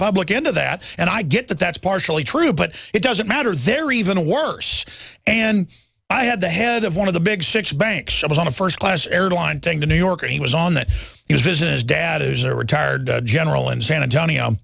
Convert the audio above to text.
public into that and i get that that's partially true but it doesn't matter they're even worse and i had the head of one of the big six banks i was on a first class airline doing the new yorker he was on that he was business dad is a retired general in san antonio